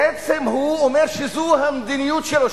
בעצם הוא אומר שזו המדיניות שלו,